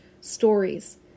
stories